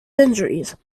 injuries